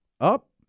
up